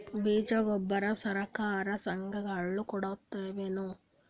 ಬೀಜ ಗೊಬ್ಬರ ಸರಕಾರ, ಸಂಘ ಗಳು ಕೊಡುತಾವೇನು?